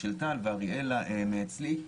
כן, ב-2011.